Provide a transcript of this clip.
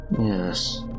Yes